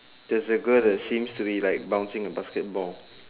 there's a girl the seems to be like bouncing the basketball